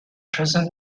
present